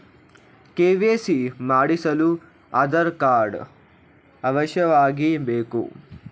KYC ಮಾಡಿಸಲು Aadhaar card ಅವಶ್ಯವಾಗಿ ಬೇಕು